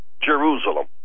Jerusalem